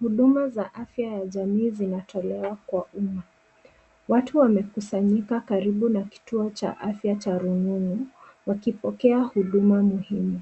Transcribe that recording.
Huduma za afya ya jamii zinatolewa kwa umma. Watu wamekusanyika karibu na kituo cha afya cha rununu, wakipokea huduma muhimu.